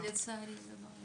לצערי לא.